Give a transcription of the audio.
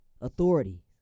authority